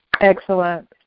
Excellent